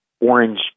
orange